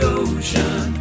ocean